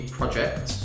Project